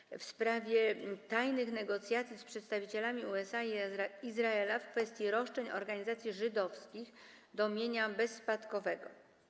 Pytanie w sprawie tajnych negocjacji z przedstawicielami USA i Izraela w kwestii roszczeń organizacji żydowskich do mienia bezspadkowego.